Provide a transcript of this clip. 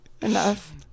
Enough